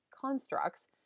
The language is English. constructs